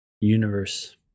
universe